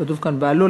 כתוב כאן בעלו,